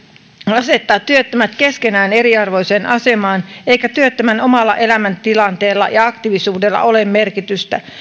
asettaa työttömät keskenään eriarvoiseen asemaan eikä työttömän omalla elämäntilanteella ja aktiivisuudella ole merkitystä